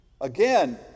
Again